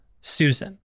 Susan